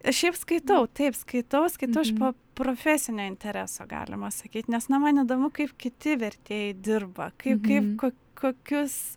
šiaip skaitau taip skaitau skaitau iš po profesinio intereso galima sakyt nes na man įdomu kaip kiti vertėjai dirba kaip kaip ko kokius